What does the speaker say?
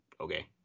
okay